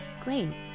Great